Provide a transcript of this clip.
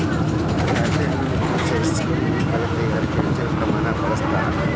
strawberry ಹಣ್ಣುನ juice ice cream ಮಿಲ್ಕ್ಶೇಕಗಳ ತಯಾರಿಕ ಹೆಚ್ಚಿನ ಪ್ರಮಾಣದಾಗ ಬಳಸ್ತಾರ್